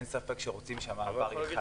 אין ספק שרוצים שהמעבר יהיה וטוב.